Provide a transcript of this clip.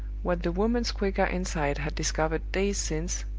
what the woman's quicker insight had discovered days since,